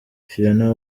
fiona